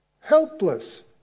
Helpless